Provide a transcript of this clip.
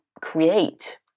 create